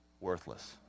worthless